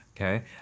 Okay